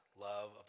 love